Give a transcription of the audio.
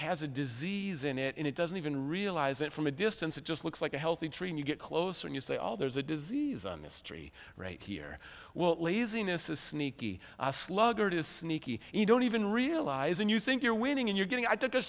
has a disease in it and it doesn't even realize it from a distance it just looks like a healthy tree and you get closer and you say all there's a disease on this tree right here well laziness is sneaky sluggard is sneaky you don't even realize and you think you're winning and you're getting i took a